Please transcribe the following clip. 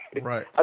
Right